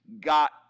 got